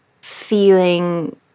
feeling